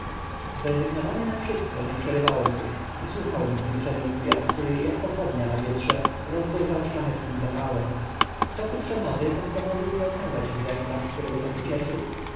zrezygnowany na wszystko nie przerywałem już i słuchałem w milczeniu wuja który jak pochodnia na wietrze rozgorzał szlachetnym zapałem w toku przemowy postanowił mi okazać egzemplarz który go tak ucieszył